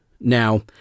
Now